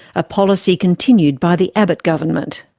a policy continued by the abbott government.